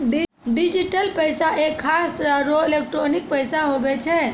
digital पैसा एक खास तरह रो एलोकटानिक पैसा हुवै छै